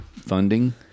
funding